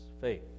faith